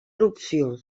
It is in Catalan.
erupció